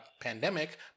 pandemic